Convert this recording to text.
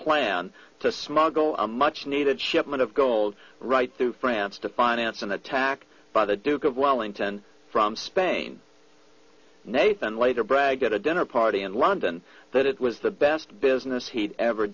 plan to smuggle a much needed shipment of gold right through france to finance an attack by the duke of wellington from spain nathan later brag at a dinner party in london that it was the best business he'd ever